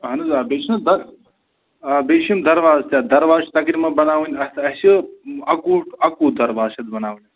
اَہَن حظ آ بیٚیہِ چھِنہٕ حظ بہٕ آ بیٚیہِ چھِ یِم دروازٕ تہِ اَتھ درواز چھِ تقریٖبَن بناوٕنۍ اَتھ اَسہِ اَکوُہ ٹُو اَکوُہ درواز چھِ اَتھ بناوٕنۍ